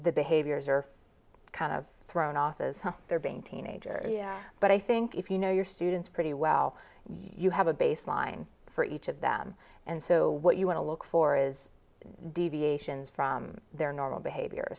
the behaviors are kind of thrown off as they're being teenagers but i think if you know your students pretty well you have a baseline for each of them and so what you want to look for is deviations from their normal behavior